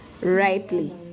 rightly